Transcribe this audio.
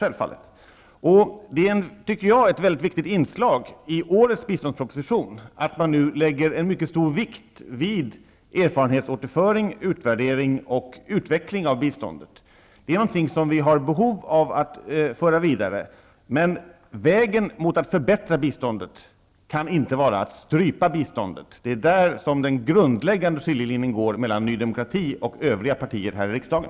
Det är ett viktigt inslag i årets biståndsproposition att man nu lägger mycket stor vikt vid erfarenhetsåterföring, utvärdering och utveckling av biståndet. Det är någonting som vi har behov av att föra vidare, men vägen mot att förbättra biståndet kan inte vara att strypa biståndet. Det är där som den grundläggande skiljelinjen går mellan Ny demokrati och övriga partier här i riksdagen.